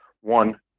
One